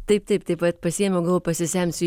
taip taip taip vat pasiėmiau galvoju pasisemsiu